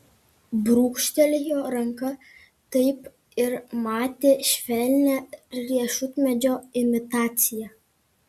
brūkštelėjo ranka taip ir matė švelnią riešutmedžio imitaciją